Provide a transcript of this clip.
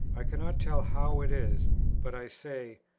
i cannot tell how it is but i say,